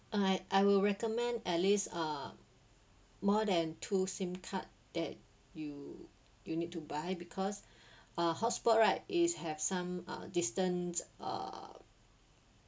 I I will recommend at least uh more than two SIM card that you you need to buy because uh hot spot right is have some uh distance uh